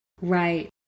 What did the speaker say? Right